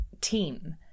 team